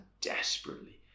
desperately